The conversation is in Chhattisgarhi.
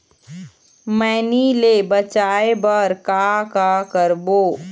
मैनी ले बचाए बर का का करबो?